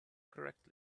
correctly